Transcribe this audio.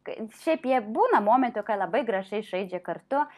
šiaip jie būna momentų kai labai gražiai žaidžia kartu